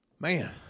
Man